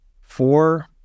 four